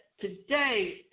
today